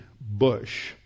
bush